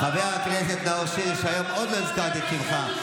חבר הכנסת נאור שירי, שהיום עוד לא הזכרתי את שמך.